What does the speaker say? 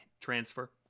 transfer